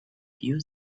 view